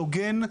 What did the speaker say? הוגן,